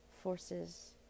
forces